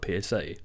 PSA